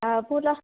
हां बोला